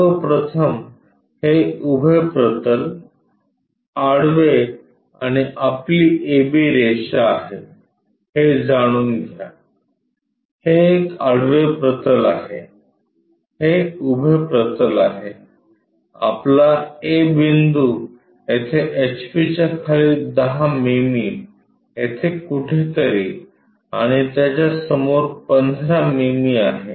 सर्व प्रथम हे उभे प्रतल आडवे आणि आपली AB रेषा आहे हे जाणून घ्या हे एक आडवे प्रतल आहे हे उभे प्रतल आहे आपला A बिंदू येथे एचपीच्या खाली 10 मिमी येथे कुठेतरी आणि त्याच्या समोर15 मिमी आहे